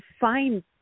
find